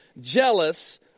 jealous